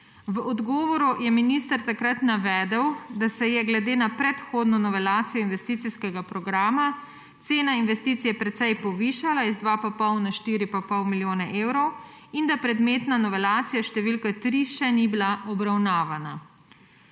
V odgovoru je minister takrat navedel, da se je glede na predhodno novelacijo investicijskega programa cena investicije precej povišala, z 2,5 na 4,5 milijona evrov, in da predmetna novelacija številka 3 še ni bila obravnavana.